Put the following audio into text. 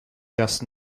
just